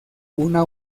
una